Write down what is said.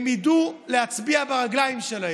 הם ידעו להצביע ברגליים שלהם.